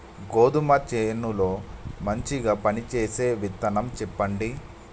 గోధుమ చేను లో మంచిగా పనిచేసే విత్తనం చెప్పండి?